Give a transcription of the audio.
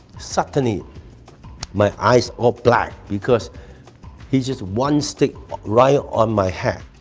suddenly my eyes all black because he just one stick right on my head.